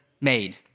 made